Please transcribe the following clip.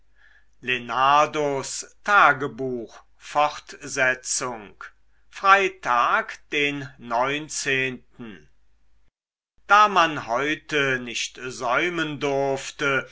tagebuch fortsetzung freitag den neunzehnten da man heute nicht säumen durfte